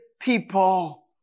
people